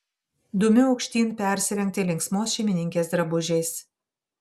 dumiu aukštyn persirengti linksmos šeimininkės drabužiais